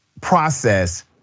process